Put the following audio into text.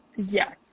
Yes